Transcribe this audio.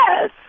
Yes